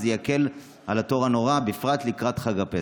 זה יקל על התור הנורא, בפרט לקראת חג הפסח.